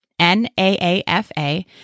NAAFA